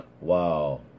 Wow